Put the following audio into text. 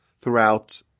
throughout